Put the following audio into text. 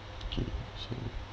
okay so